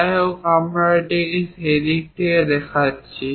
যাই হোক আমরা এটিকে সেই দিকে দেখাচ্ছি